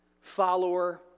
Follower